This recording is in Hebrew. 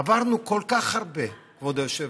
עברנו כל כך הרבה, כבוד היושב-ראש.